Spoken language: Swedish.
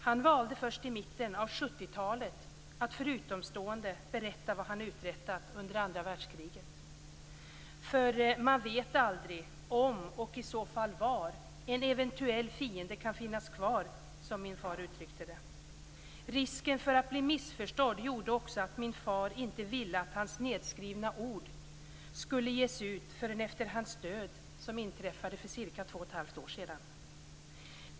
Han valde att först i mitten av 70-talet berätta för utomstående vad han uträttat under andra världskriget. "Man vet aldrig om, och i så fall var, en eventuell fiende kan finnas kvar", som min far uttryckte det. Risken för att bli missförstådd gjorde också att min far inte ville att hans nedskrivna ord skulle ges ut förrän efter hans död som inträffade för ca 2 1⁄2 år sedan.